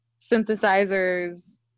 synthesizers